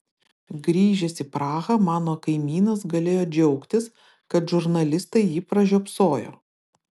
grįžęs į prahą mano kaimynas galėjo džiaugtis kad žurnalistai jį pražiopsojo